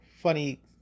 funny